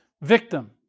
victim